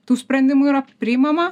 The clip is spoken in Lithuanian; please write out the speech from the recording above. tų sprendimų yra priimama